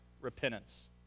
repentance